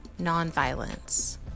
nonviolence